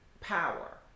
power